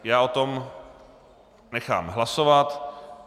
Já o tom nechám hlasovat.